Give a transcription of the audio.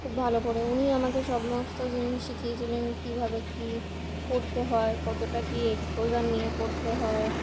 খুব ভালো করে উনি আমাকে সমস্ত জিনিস শিখিয়েছিলেন কীভাবে কী করতে হয় কতটা কী এক্সপোজার নিয়ে করতে হয়